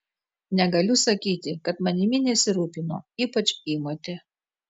negaliu sakyti kad manimi nesirūpino ypač įmotė